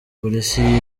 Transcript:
polisi